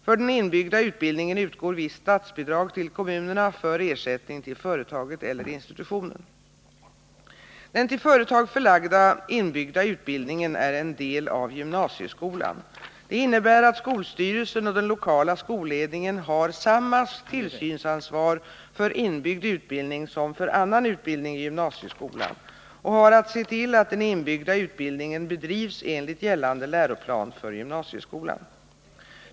För den inbyggda utbildningen utgår visst statsbidrag till kommunerna för ersättning till företaget eller institutionen. Den till företag förlagda inbyggda utbildningen är en del av gymnasieskolan. Det innebär att skolstyrelsen och den lokala skolledningen har samma tillsynsansvar för inbyggd utbildning som för annan utbildning i gymnasieskolan och har att se till att den inbyggda utbildningen bedrivs enligt gällande läroplan för gymnasieskolan.